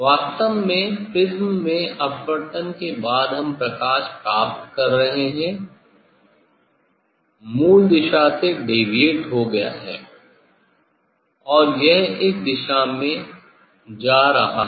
वास्तव में प्रिज्म में अपवर्तन के बाद हम प्रकाश प्राप्त कर रहे हैं मूल दिशा से डेविएटेड हो गया हैं और यह इस दिशा में जा रहा है